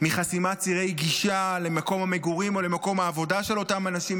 מחסימת צירי גישה למקום המגורים או למקום העבודה של אותם אנשים,